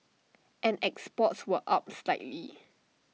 and exports were up slightly